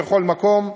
בכל מקום,